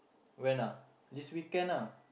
when ah this weekend ah